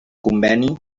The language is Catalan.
conveni